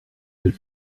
elle